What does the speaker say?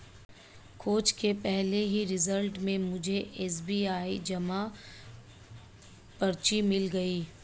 खोज के पहले ही रिजल्ट में मुझे एस.बी.आई जमा पर्ची मिल गई